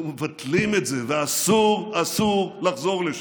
אנחנו מבטלים את זה ואסור, אסור לחזור לשם.